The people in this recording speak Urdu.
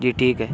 جی ٹھیک ہے